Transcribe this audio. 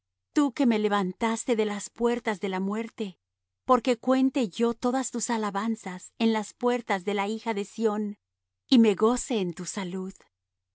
tú que me levantas de las puertas de la muerte porque cuente yo todas tus alabanzas en las puertas de la hija de sión y me goce en tu salud